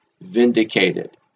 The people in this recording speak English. vindicated